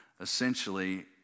Essentially